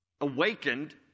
awakened